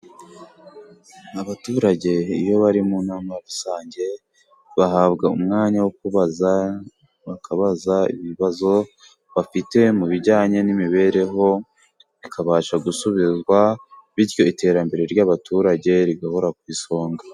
Abaturage iyo bari mu nama rusange，bahabwa umwanya wo kubaza，bakabaza ibibazo bafite mu bijyanye n'imibereho，bikabasha gusubizwa， bityo iterambere ry'abaturage rigahora ku isonga.